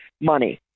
money